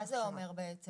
מה זה אומר בעצם?